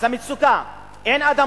ואז המצוקה היא שאין אדמות,